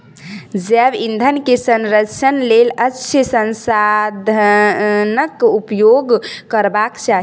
जैव ईंधन के संरक्षणक लेल अक्षय संसाधनाक उपयोग करबाक चाही